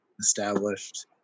established